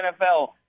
NFL